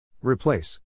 Replace